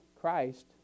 Christ